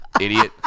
idiot